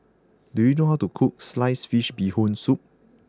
do you know how to cook Sliced Fish Bee Hoon Soup